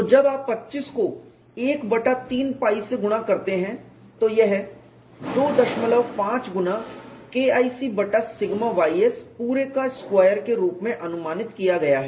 तो जब आप 25 को 1 बटा 3 π से गुणा करते हैं तो यह 25 गुना KIC बटा सिग्मा ys पूरे का स्क्वायर के रूप में अनुमानित किया गया है